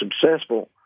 successful